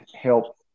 help